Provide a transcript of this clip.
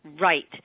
right –